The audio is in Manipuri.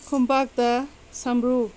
ꯈꯣꯡꯄꯥꯛꯇ ꯁꯝꯕ꯭ꯔꯨ